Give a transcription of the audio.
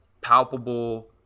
palpable